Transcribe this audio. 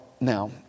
now